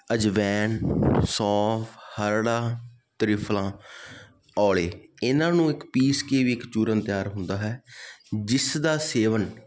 ਅਜਵਾਇਣ ਸੌਂਫ ਹਰੜਾ ਤ੍ਰਿਫਲਾ ਔਲੇ ਇਹਨਾਂ ਨੂੰ ਇੱਕ ਪੀਸ ਕੇ ਵੀ ਇੱਕ ਚੂਰਨ ਤਿਆਰ ਹੁੰਦਾ ਹੈ ਜਿਸ ਦਾ ਸੇਵਨ